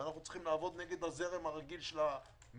ואנחנו צריכים לעבוד נגד הזרם הרגיל של המדינה.